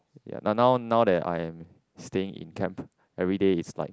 ya now now now there I'm staying in camp everyday is like